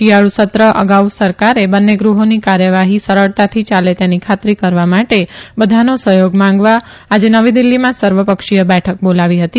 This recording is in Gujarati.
શિયાળુ સત્ર અગાઉ આજે સરકારે બંને ગૃહોની કાર્યવાહી સરળતાથી યાલે તેની ખાતરી કરવામાટે બધાનો સહયોગ માંગવા આજે નવી દિલ્હીમાં સર્વપક્ષીય બેઠક બોલાવી હતી